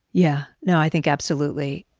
yeah. no, i think absolutely.